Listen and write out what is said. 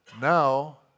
now